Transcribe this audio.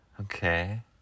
Okay